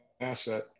asset